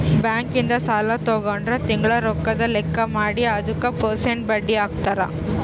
bank ಇಂದ ಸಾಲ ತಗೊಂಡ್ರ ತಿಂಗಳ ರೊಕ್ಕದ್ ಲೆಕ್ಕ ಮಾಡಿ ಅದುಕ ಪೆರ್ಸೆಂಟ್ ಬಡ್ಡಿ ಹಾಕ್ತರ